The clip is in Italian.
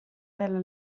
nella